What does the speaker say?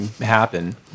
happen